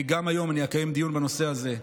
וגם היום אני אקיים דיון בנושא הזה,